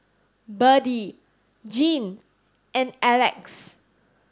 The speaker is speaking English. Berdie Jean and Alex